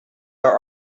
are